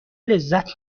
لذت